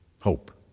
Hope